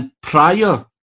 prior